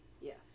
yes